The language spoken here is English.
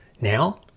Now